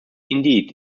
indeed